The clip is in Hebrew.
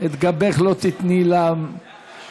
שאת גבך לא תיתני לנואם.